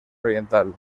oriental